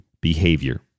behavior